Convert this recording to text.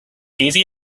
easy